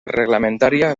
reglamentària